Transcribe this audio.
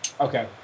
Okay